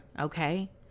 Okay